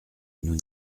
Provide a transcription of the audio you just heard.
nous